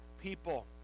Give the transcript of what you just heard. people